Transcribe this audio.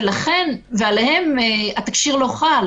ועליהם התקשי"ר לא חל,